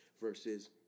versus